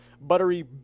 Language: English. buttery